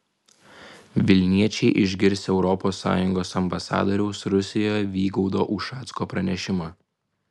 vilniečiai išgirs europos sąjungos ambasadoriaus rusijoje vygaudo ušacko pranešimą